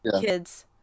kids